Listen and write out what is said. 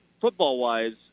football-wise